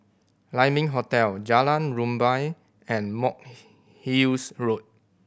Lai Ming Hotel Jalan Rumbia and Monk Hill's Road